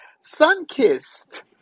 sun-kissed